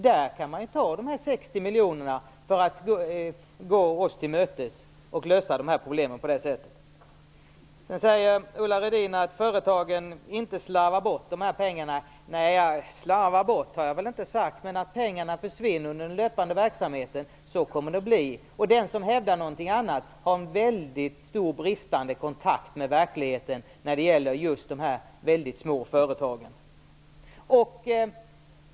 Där kan man ju ta de här 60 miljonerna för att gå oss till mötes och lösa problemen. Ulla Rudin säger att företagen inte slarvar bort pengarna. Nej, slarvar bort har jag väl inte sagt, men pengarna försvinner i den löpande verksamheten. Så kommer det att bli. Den som hävdar någonting annat har en väldigt stor brist i sin kontakt med verkligheten när det gäller just de väldigt små företagen.